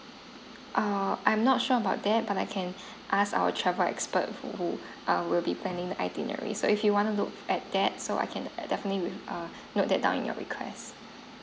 err I'm not sure about that but I can ask our travel expert who are will be planning the itinerary so if you wanna look at that so I can definitely will err note that down in your request